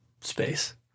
space